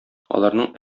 аларның